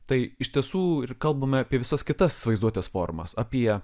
tai iš tiesų ir kalbame apie visas kitas vaizduotės formas apie